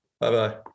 Bye-bye